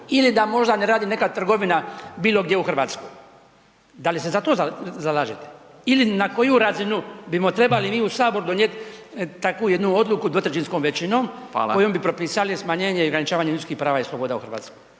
ili da možda ne radi neka trgovina bilo gdje u Hrvatskoj? Da li se za to zalažete ili na koju razinu bimo trebali mi u Sabor donijet takvu jednu odluku dvotrećinskom većinom kojom bi propisali smanjenje i ograničavanje ljudskih prava i sloboda u Hrvatskoj?